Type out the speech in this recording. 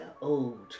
old